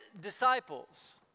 disciples